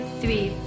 three